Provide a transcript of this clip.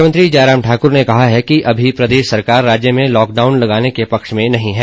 मुख्यमंत्री जयराम ठाकुर ने कहा है कि अभी प्रदेश सरकार राज्य में लॉकडाउन लगाने के पक्ष में नहीं है